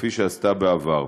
כפי שעשתה בעבר.